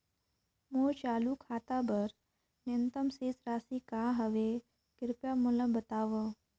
मोर चालू खाता बर न्यूनतम शेष राशि का हवे, कृपया मोला बतावव